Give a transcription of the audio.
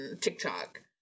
TikTok